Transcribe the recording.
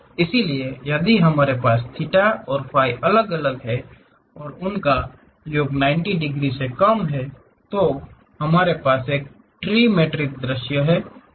इसलिए यदि हमारे पास थीटा और फाई अलग अलग हैं और उनका योग 90 डिग्री से कम है तो हमारे पास एक ट्रिमेट्रिक दृश्य है